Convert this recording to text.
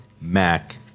Mac